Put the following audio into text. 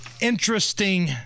interesting